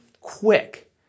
quick